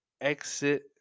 exit